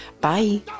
Bye